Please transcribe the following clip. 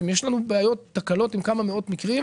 אז אם יש לנו תקלות עם כמה מאות מקרים,